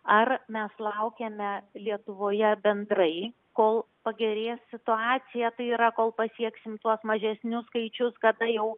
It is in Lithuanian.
ar mes laukiame lietuvoje bendrai kol pagerės situacija tai yra kol pasieksim tuos mažesnius skaičius kada jau